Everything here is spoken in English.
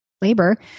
labor